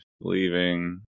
leaving